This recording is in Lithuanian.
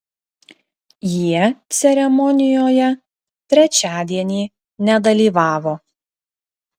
jie ceremonijoje trečiadienį nedalyvavo